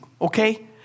okay